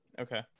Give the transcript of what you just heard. okay